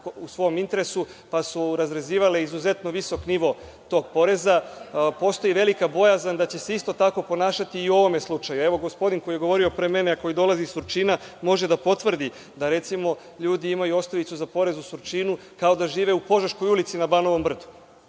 u svom interesu, pa su razrezivale izuzetno visok nivo tog poreza, pa postoji velika bojazan da će se isto tako ponašati i u ovom slučaju. Evo, gospodin koji je govorio pre mene, a koji dolazi iz Surčina, može da potvrdi da, recimo, ljudi imaju osnovicu za porez u Surčinu kao da žive u Požeškoj ulici na Banovom brdu,